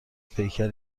پیکر